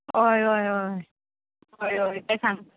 हय हय हय हय हय तें सांग